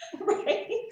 Right